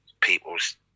people's